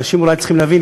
אנשים אולי צריכים להבין,